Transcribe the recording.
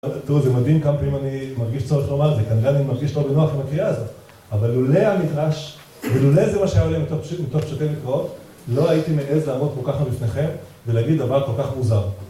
זה מדהים כמה פעמים אני מרגיש צורך לומר את זה, כנראה אני מרגיש לא בנוח עם הקריאה הזאת אבל לולא המדרש, ולולא זה מה שהיה עולה מתוך פשוטי מקראות, לא הייתי מעז לעמוד פה ככה בפניכם ולהגיד דבר כל כך מוזר.